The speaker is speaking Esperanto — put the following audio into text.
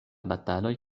bataloj